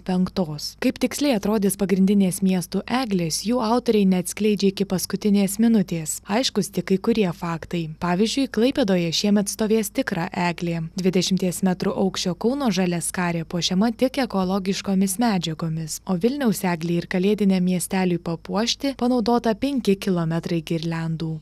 penktos kaip tiksliai atrodys pagrindinės miestų eglės jų autoriai neatskleidžia iki paskutinės minutės aiškūs tik kai kurie faktai pavyzdžiui klaipėdoje šiemet stovės tikra eglė dvidešimties metrų aukščio kauno žaliaskarė puošiama tik ekologiškomis medžiagomis o vilniaus eglei ir kalėdiniam miesteliui papuošti panaudota penki kilometrai girliandų